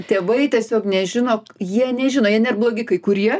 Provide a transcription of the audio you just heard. tėvai tiesiog nežino jie nežino jie nėr blogi kai kurie